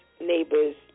neighbors